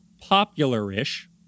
popular-ish